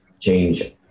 change